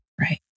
Right